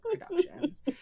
productions